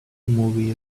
movie